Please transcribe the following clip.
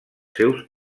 seus